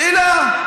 שאלה.